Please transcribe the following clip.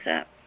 up